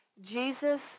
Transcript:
Jesus